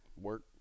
work